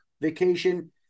vacation